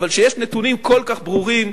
אבל כשיש נתונים כל כך ברורים,